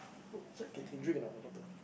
oh sorry can can drink or not the bottle